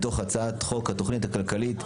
מתוך הצעת חוק התכנית הכלכלית,